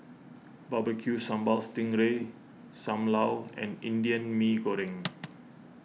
Barbecue Sambal Sting Ray Sam Lau and Indian Mee Goreng